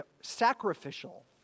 sacrificial